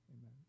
Amen